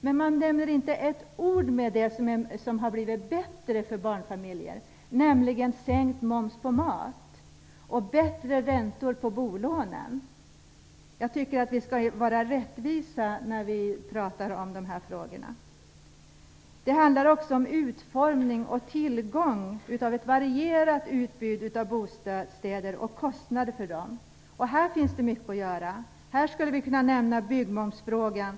Men man nämner inte med ett ord de saker som har blivit bättre för barnfamiljer, nämligen sänkt moms på mat och bättre räntor på bolånen. Jag tycker att vi skall vara rättvisa när vi pratar om de här frågorna. Det handlar också om utformning av och tillgång till ett varierat utbud av bostäder och kostnader för dessa. Här finns det mycket att göra. Vi skulle kunna nämna frågan om byggmoms.